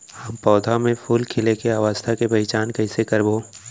हम पौधा मे फूल खिले के अवस्था के पहिचान कईसे करबो